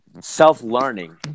self-learning